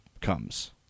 comes